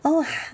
!wah!